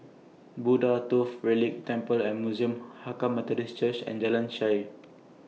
Buddha Tooth Relic Temple and Museum Hakka Methodist Church and Jalan Shaer